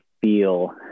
feel